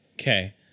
Okay